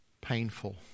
painful